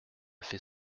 fait